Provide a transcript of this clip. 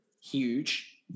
huge